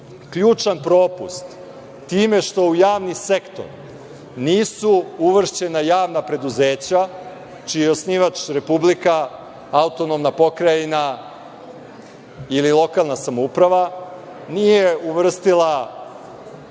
ključan propust, time što u javni sektor nisu uvršćena javna preduzeća, čiji je osnivač Republika, AP ili lokalna samouprava, nije uvrstila